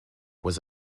was